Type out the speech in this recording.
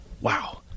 Wow